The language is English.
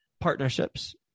partnerships